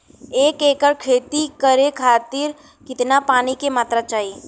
एक एकड़ खेती करे खातिर कितना पानी के मात्रा चाही?